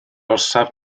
orsaf